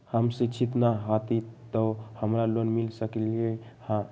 हम शिक्षित न हाति तयो हमरा लोन मिल सकलई ह?